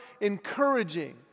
encouraging